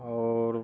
आओर